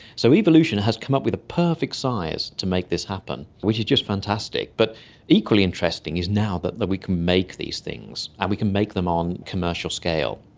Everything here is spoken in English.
so evolution has come up with a perfect size to make this happen, which is just fantastic. but equally interesting is now that that we can make these things, and we can make them on commercial scale.